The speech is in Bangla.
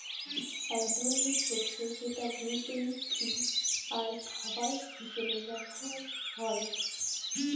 এক ধরনের শস্য যেটা গ্লুটেন ফ্রি আর খাবার হিসাবে ব্যবহার হয়